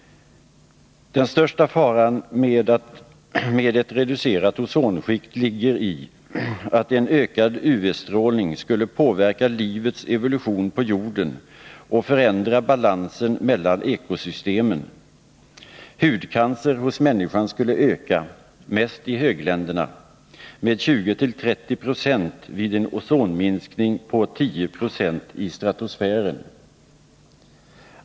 Den största faran med ett reducerat ozonskikt ligger i att en ökad UV-strålning skulle påverka livets evolution på jorden och förändra balansen mellan ekosystemen. Hudcancer hos människan skulle öka, mest i högländerna, med 20-30 26 vid en ozonminskning på 10 9 i stratosfären.